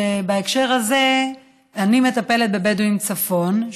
שבהקשר הזה אני מטפלת בבדואים בצפון,